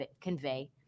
convey